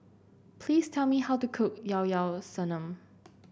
please tell me how to cook Llao Llao Sanum